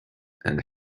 and